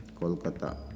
Kolkata